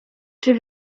czy